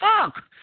fuck